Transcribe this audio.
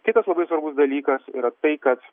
kitas labai svarbus dalykas yra tai kad